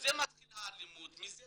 מזה מתחילה האלימות, מזה